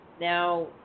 now